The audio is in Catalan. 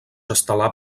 estel·lar